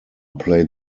played